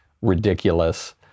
Ridiculous